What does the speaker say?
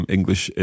English